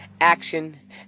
action